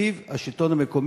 תקציב השלטון המקומי,